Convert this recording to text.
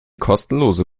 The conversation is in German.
kostenlose